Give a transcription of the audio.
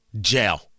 jail